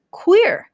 queer，